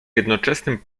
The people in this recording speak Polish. jednoczesnym